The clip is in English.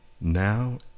now